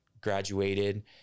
graduated